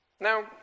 Now